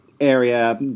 area